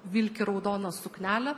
vilki raudoną suknelę